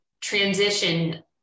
transition